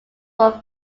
were